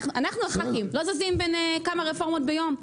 אנחנו הח"כים לא זזים בין כמה רפורמות ביום?